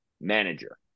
manager